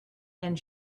and